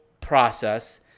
process